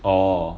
orh